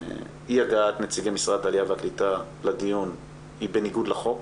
אי-הגעת נציגי משרד העלייה והקליטה לדיון היא בניגוד לחוק,